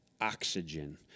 oxygen